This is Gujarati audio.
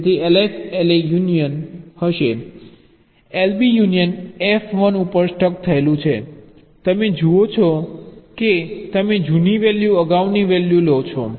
તેથી LF LA યુનિયન હશે LB યુનિયન F 1 ઉપર સ્ટક થયેલું છે તમે LB જુઓ છો કે તમે જૂની વેલ્યુ અગાઉની વેલ્યુ લો છો